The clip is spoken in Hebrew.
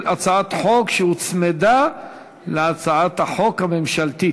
הצעת חוק שהוצמדה להצעת החוק הממשלתית.